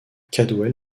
caldwell